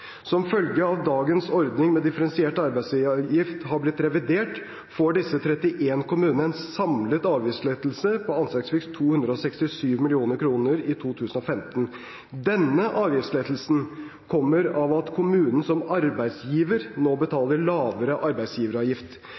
Som følge av at dagens ordning med differensiert arbeidsgiveravgift har blitt revidert, får disse 31 kommunene en samlet avgiftslettelse på anslagsvis 267 mill. kr i 2015. Denne avgiftslettelsen kommer av at kommunen som arbeidsgiver nå betaler lavere arbeidsgiveravgift.